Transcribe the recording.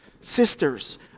Sisters